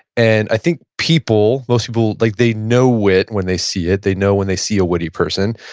and i think people, most people, like they know wit when they see it, they know when they see a witty person.